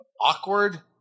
awkward